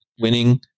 winning